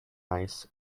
ice